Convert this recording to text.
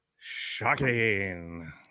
Shocking